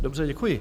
Dobře, děkuji.